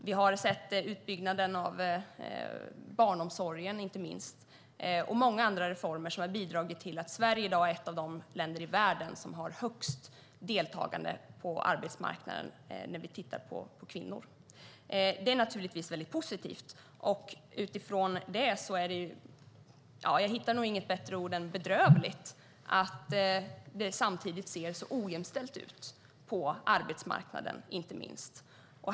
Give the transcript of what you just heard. Vi har sett inte minst utbyggnaden av barnomsorgen och många andra reformer som har bidragit till att Sverige i dag är ett av de länder i världen som har högst deltagande på arbetsmarknaden när vi tittar på kvinnor. Det är naturligtvis väldigt positivt, och utifrån det hittar jag nog inget bättre ord än "bedrövligt" för att det samtidigt ser så ojämställt ut på arbetsmarknaden.